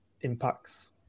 impacts